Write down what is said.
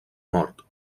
mort